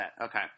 Okay